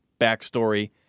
backstory